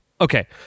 okay